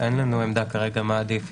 אין לנו עמדה כרגע מה עדיף,